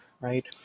right